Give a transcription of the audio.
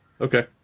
Okay